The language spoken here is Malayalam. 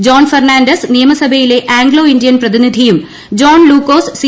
ജോൺ ഫെർണാണ്ടസ് നിയമസഭയിലെ ആംഗ്ലോ ഇന്ത്യൻ പ്രതിനിധിയും ജോൺ ലൂക്കോസ് സി